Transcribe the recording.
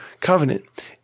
covenant